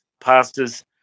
pastors